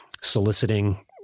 soliciting